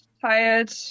tired